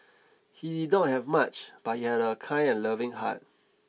he did not have much but he had a kind and loving heart